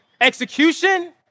execution